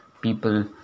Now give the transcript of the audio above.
people